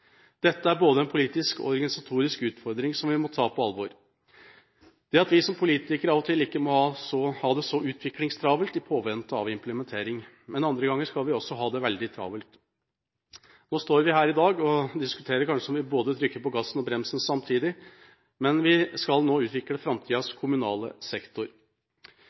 Dette er både en politisk og en organisatorisk utfordring, som vi må ta på alvor – at vi som politikere av og til ikke må ha det så utviklingstravelt, i påvente av implementering. Andre ganger skal vi ha det veldig travelt. Nå står vi her i dag og diskuterer om vi kanskje trykker både på gassen og på bremsen samtidig, mens vi skal utvikle framtidas kommunale sektor.